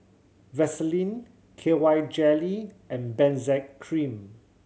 Vaselin K Y Jelly and Benzac Cream